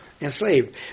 enslaved